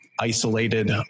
isolated